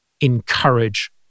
encourage